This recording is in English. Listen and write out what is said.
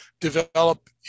develop